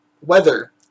weather